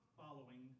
following